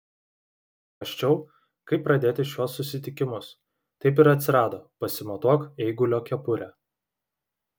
mąsčiau kaip pradėti šiuos susitikimus taip ir atsirado pasimatuok eigulio kepurę